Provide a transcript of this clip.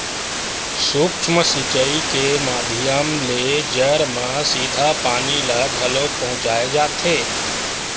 सूक्ष्म सिचई के माधियम ले जर म सीधा पानी ल घलोक पहुँचाय जाथे